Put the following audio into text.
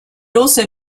also